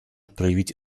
проявить